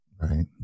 Right